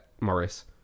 Morris